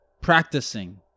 practicing